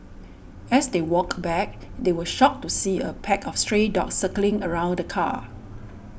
as they walked back they were shocked to see a pack of stray dogs circling around the car